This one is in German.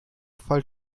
fall